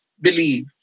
believe